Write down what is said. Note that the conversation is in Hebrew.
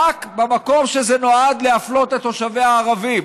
במקום שזה נועד להפלות את תושביה הערבים.